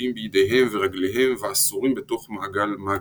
כבולים בידיהם ורגליהם ואסורים בתוך מעגל מאגי.